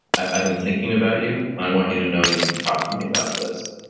i've been thinking about you. i want you to know you can talk to me about this.